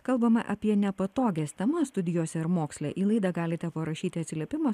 kalbama apie nepatogias temas studijose ir moksle į laidą galite parašyti atsiliepimą